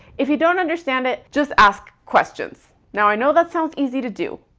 if you don't understand it, just ask questions. now i know that sounds easy to do,